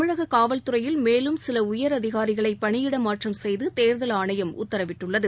தமிழகக் காவல்துறையில் மேலும் சில உயர் அதிகாரிகளை பணியிட மாற்றம் செய்து தேர்தல் ஆணையம் உத்தரவிட்டுள்ளது